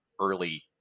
early